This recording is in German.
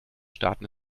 staaten